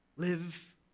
Live